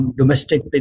domestic